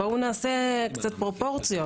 קצת פרופורציות.